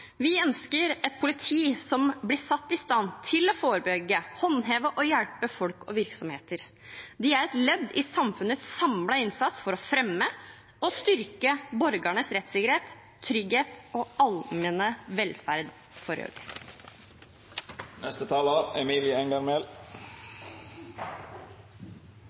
Vi ønsker et politi som blir satt i stand til å forebygge, håndheve og hjelpe folk og virksomheter. De er et ledd i samfunnets samlede innsats for å fremme og styrke borgernes rettssikkerhet, trygghet og allmenne velferd for